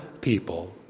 people